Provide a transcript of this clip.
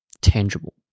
tangible